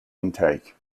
intake